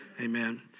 Amen